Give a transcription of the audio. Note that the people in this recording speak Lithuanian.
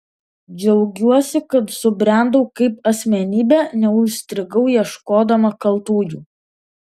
džiaugiuosi kad subrendau kaip asmenybė neužstrigau ieškodama kaltųjų